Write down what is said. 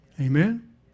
Amen